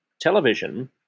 television